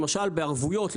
למשל בערבויות,